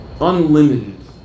unlimited